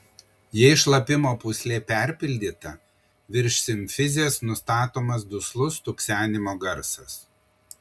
jei šlapimo pūslė perpildyta virš simfizės nustatomas duslus stuksenimo garsas